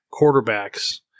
quarterbacks